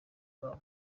bwawe